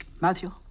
Matthew